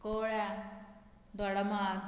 कवळ्या Dodamarg